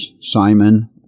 Simon